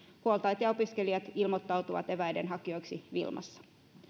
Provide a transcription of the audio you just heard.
huoltajat ja opiskelijat ilmoittautuvat eväiden hakijoiksi wilmassa